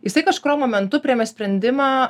jisai kažkuriuo momentu priėmė sprendimą